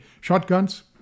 shotguns